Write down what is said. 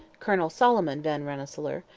colonel solomon van rensselaer,